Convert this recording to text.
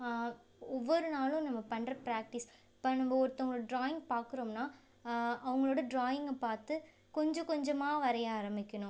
ஒவ்வொரு நாளும் நம்ம பண்ணுற ப்ராக்ட்டிஸ் இப்போ நம்ம ஒருத்தவுங்களோடய ட்ராயிங் பார்க்குறோம்னா அவங்களோட ட்ராயிங்கை பார்த்து கொஞ்ச கொஞ்சமாக வரைய ஆரமிக்கணும்